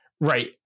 Right